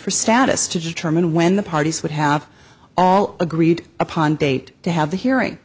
for status to determine when the parties would have all agreed upon date to have the hearing